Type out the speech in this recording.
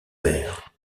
père